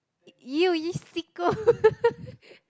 you you sicko